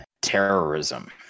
terrorism